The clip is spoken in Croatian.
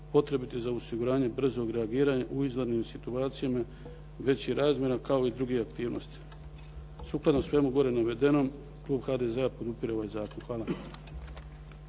potrebitih za osiguranje brzog reagiranja u izvanrednim situacijama, većih razmjena kao i drugih aktivnosti. Sukladno svemu gore navedenom, klub HDZ-a podupire ovaj zakon. Hvala.